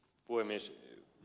puhemies